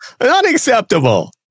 unacceptable